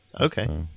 Okay